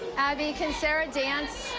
abby, can sarah dance?